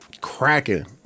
Cracking